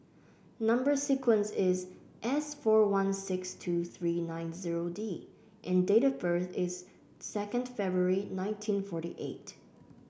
number sequence is S four one six two three nine zero D and date of birth is second February nineteen forty eight